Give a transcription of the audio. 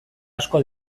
asko